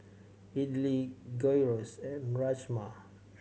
Idili Gyros and Rajma